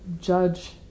judge